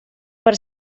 per